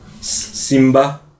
Simba